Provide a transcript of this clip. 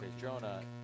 Jonah